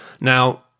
Now